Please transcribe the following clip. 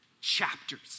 chapters